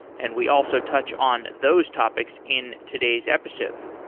and we also touched on those topics in today's episode.